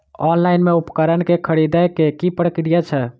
Online मे उपकरण केँ खरीदय केँ की प्रक्रिया छै?